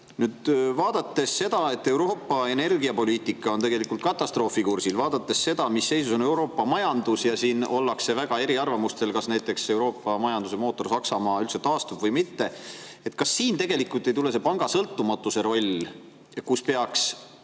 Vaadates seda, et Euroopa energiapoliitika on tegelikult katastroofikursil, vaadates seda, mis seisus on Euroopa majandus – ja selles ollakse väga erinevatel arvamustel, kas näiteks Euroopa majanduse mootor Saksamaa üldse taastub või mitte –, kas siin tegelikult ei tule [esile] panga sõltumatuse roll? Kas pank